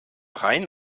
rhein